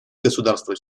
государства